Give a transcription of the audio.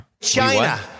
China